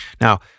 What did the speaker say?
Now